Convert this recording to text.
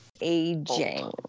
aging